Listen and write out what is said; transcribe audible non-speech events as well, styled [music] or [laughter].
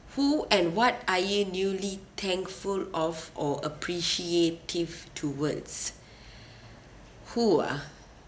who and what are you newly thankful of or appreciative towards [breath] who ah